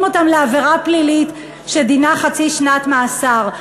אותם לעבירה פלילית שדינה חצי שנת מאסר.